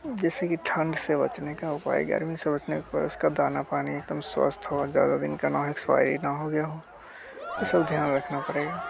जैसे कि ठंड से बचने का उपाय गर्मी से बचने का उसका दाना पानी एक दम स्वस्थ और ज़्यादा दिन का ना हो एक्सपाइरी ना हो गया हो ये सब ध्यान रखना पड़ेगा